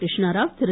Krishnarao Thiru